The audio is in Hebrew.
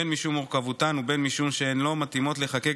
בין משום מורכבותם ובין משום שהם לא מתאימים להיחקק